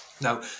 Now